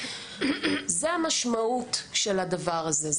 זאת המשמעות של הדבר הזה.